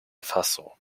faso